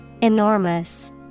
Enormous